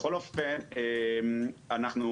בכל אופן, אנחנו